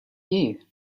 you